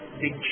big